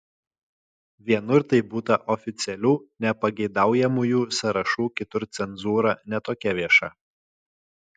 vienur tai būta oficialių nepageidaujamųjų sąrašų kitur cenzūra ne tokia vieša